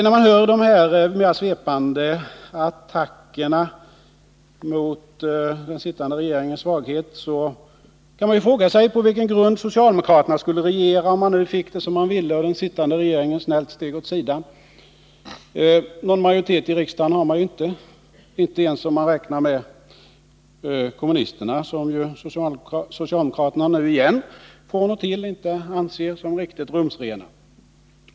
När man hör dessa svepande attacker mot den sittande regeringens svaghet kan man fråga sig på vilken grund socialdemokraterna skulle regera, om de fick det som de ville och den sittande regeringen snällt steg åt sidan. Någon majoritet i riksdagen har socialdemokraterna ju inte — inte ens om man räknar med kommunisterna, som socialdemokraterna nu igen från och till inte anser som riktigt rumsrena.